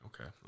Okay